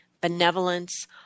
benevolence